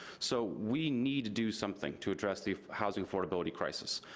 so we need to do something to address the housing affordability crisis.